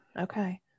Okay